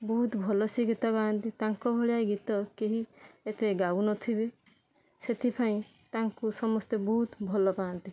ବହୁତ ଭଲ ସେ ଗୀତ ଗାଆନ୍ତି ତାଙ୍କ ଭଳିଆ ଗୀତ କେହି ଏତେ ଗାଉ ନଥିବେ ସେଥିପାଇଁ ତାଙ୍କୁ ସମସ୍ତେ ବହୁତ ଭଲପାଆନ୍ତି